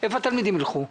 לאן התלמידים ילכו?